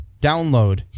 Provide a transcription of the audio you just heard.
download